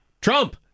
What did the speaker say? Trump